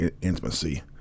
intimacy